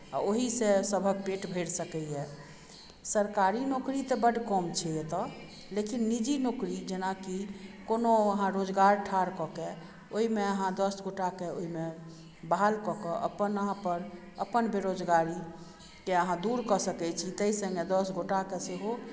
आओर ओहीसँ सबहक पेट भरि सकइए सरकारी नौकरी तऽ बड्ड कम छै एतऽ लेकि निजी नौकरी जेना कि कोनो अहाँ रोजगार ठार कऽके ओइमे अहाँ दस गोटाके ओइमे बहाल कऽके अपनापर अपन बेरोजगारीके अहाँ दूर कऽ सकय छी तै सङ्गे दस गोटाके सेहो